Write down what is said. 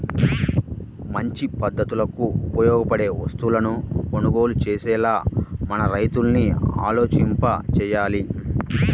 మంచి పద్ధతులకు ఉపయోగపడే వస్తువులను కొనుగోలు చేసేలా మన రైతుల్ని ఆలోచింపచెయ్యాలి